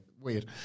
weird